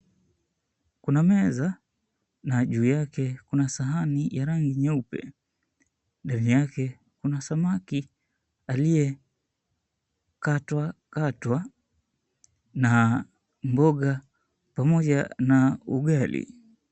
Kuna meza na juu yake kuna sahani ya rangi nyeupe. Ndani yake kuna samaki aliyekatwakatwa na mboga pamoja na ugali.